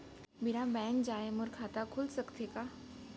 बिना बैंक जाए मोर खाता खुल सकथे का?